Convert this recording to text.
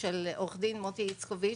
של עורך הדין מוטי איצקוביץ',